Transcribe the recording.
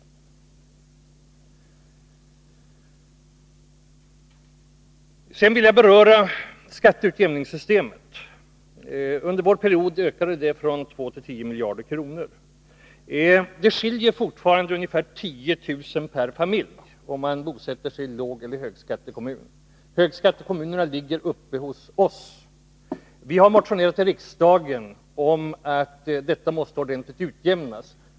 Slutligen vill jag beröra skatteutjämningssystemet. Under vår period var det en ökning från 2 till 10 miljarder kronor. Det skiljer fortfarande ungefär 10 000 kr. per familj om man bosätter sig i en lågeller en högskattekommun. Högskattekommunerna finns uppe hos oss. Vi har motionerat i riksdagen om att detta skall utjämnas ordentligt.